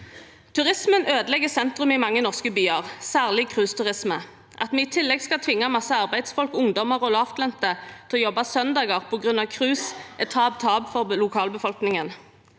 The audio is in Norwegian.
Turisme ødelegger sentrum i mange norske byer, særlig cruiseturisme. At vi i tillegg skal tvinge masse arbeidsfolk, ungdommer og lavtlønte til å jobbe på søndager på grunn av cruise, er tap-tap for lokalbefolkningen.